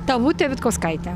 tavutė vitkauskaitė